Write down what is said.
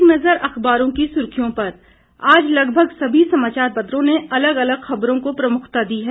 एक नज़र अखबारों की सुर्खियों पर आज लगभग सभी समाचारपत्रों ने अलग अलग खबरों को प्रमुखता दी है